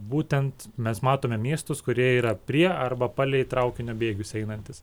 būtent mes matome miestus kurie yra prie arba palei traukinio bėgius einantys